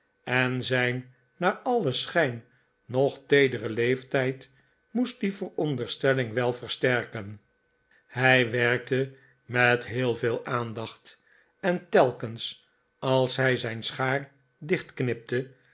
en zijn naar alien sohijn nog teedere leeftijd moest die veronderstelling wel versterken hij werkte met heel veel aandacht en telkens als hij zijn schaar